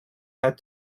had